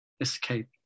escape